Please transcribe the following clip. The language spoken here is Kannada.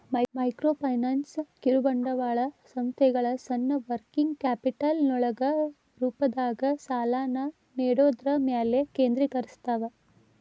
ಮೈಕ್ರೋಫೈನಾನ್ಸ್ ಕಿರುಬಂಡವಾಳ ಸಂಸ್ಥೆಗಳ ಸಣ್ಣ ವರ್ಕಿಂಗ್ ಕ್ಯಾಪಿಟಲ್ ಲೋನ್ಗಳ ರೂಪದಾಗ ಸಾಲನ ನೇಡೋದ್ರ ಮ್ಯಾಲೆ ಕೇಂದ್ರೇಕರಸ್ತವ